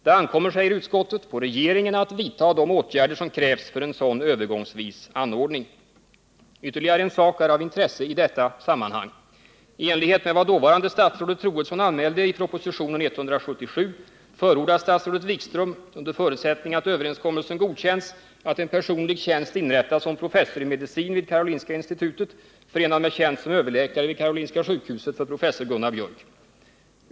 Det ankommer, säger utskottet, på regeringen att vidta de åtgärder som krävs för en sådan övergångsvis anordning. Ytterligare en sak är av intresse i detta sammanhang. I enlighet med vad dåvarande statsrådet Troedsson anmälde i propositionen 1977/78:177 förordar statsrådet Wikström — under förutsättning att överenskommelsen godkänns — att en personlig tjänst inrättas som professor i medicin vid Karolinska institutet, förenad med tjänst som överläkare vid Karolinska sjukhuset, för professor Gunnar Biörck.